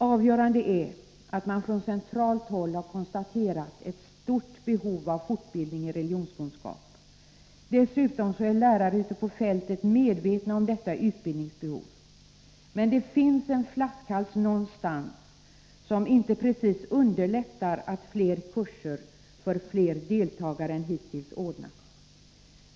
Avgörande är att man från centralt håll har konstaterat ett stort behov av fortbildning i religionskunskap. Dessutom är lärare ute på fältet medvetna om detta utbildningsbehov. Det finns emellertid en flaskhals någonstans, vilket inte precis underlättar att fler kurser med fler deltagare än hittills ordnas.